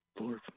Lord